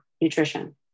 nutrition